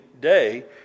day